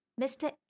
Mr